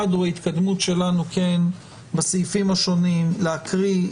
הוא ההתקדמות שלנו בסעיפים השונים להקריא,